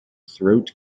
throat